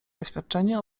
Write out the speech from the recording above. zaświadczenie